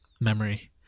Memory